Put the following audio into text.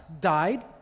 died